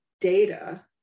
data